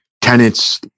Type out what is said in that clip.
tenants